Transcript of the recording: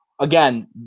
again